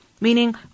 meaning